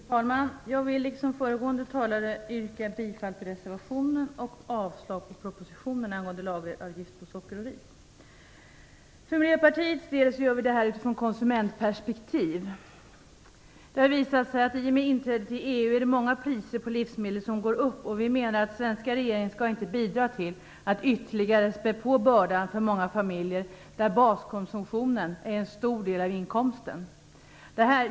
Fru talman! Jag vill liksom föregående talare yrka bifall till reservationen och avslag på propositionen angående lageravgift på socker och ris. För Miljöpartiets del agerar vi utifrån ett konsumentperspektiv. Det har visat sig att i och med inträdet i EU kommer priserna på många livsmedel att gå upp. Vi menar att den svenska regeringen inte skall bidra till att ytterligare spä på bördan för många familjer där baskonsumtionen är en stor del av inkomsten.